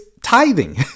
tithing